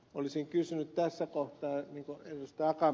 olisin kysynyt tässä kohtaa niin kuin ed